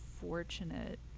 fortunate